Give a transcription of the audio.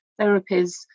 therapies